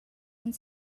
aunc